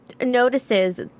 notices